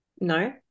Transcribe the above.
No